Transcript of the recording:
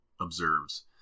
observes